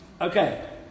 Okay